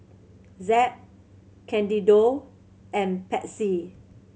Zeb Candido and Patsy